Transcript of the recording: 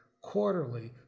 quarterly